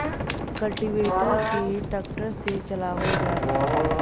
cultivator के tractor से चलावल जाला